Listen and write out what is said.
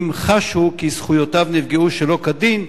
אם חש הוא כי זכויותיו נפגעו שלא כדין,